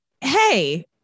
hey